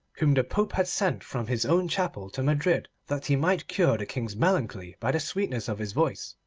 whom the pope had sent from his own chapel to madrid that he might cure the king's melancholy by the sweetness of his voice,